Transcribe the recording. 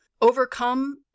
overcome